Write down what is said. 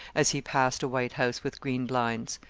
as he passed a white house with green blinds.